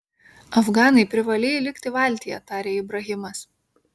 afganai privalėjai likti valtyje tarė ibrahimas